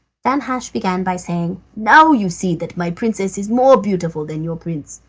danhasch began by saying now you see that my princess is more beautiful than your prince.